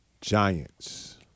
Giants